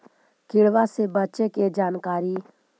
किड़बा से बचे के जानकारी?